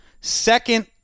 Second